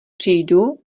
přijdu